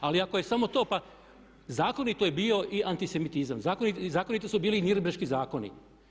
Ali ako je samo to, pa zakonito je bio i antisemitizam, zakonito su bili i Nürnberški zakoni.